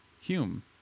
Hume